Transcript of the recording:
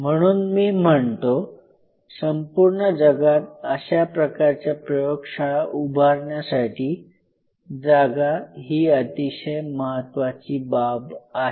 म्हणून मी म्हणतो संपूर्ण जगात अशा प्रकारच्या प्रयोगशाळा उभारण्यासाठी जागा ही अतिशय महत्त्वाची बाब आहे